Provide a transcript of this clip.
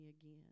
again